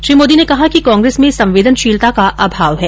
श्री मोदी ने कहा कि कांग्रेस में संवेदनशीलता का अभाव है